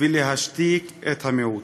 ולהשתיק את המיעוט,